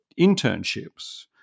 internships